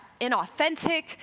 inauthentic